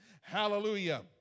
Hallelujah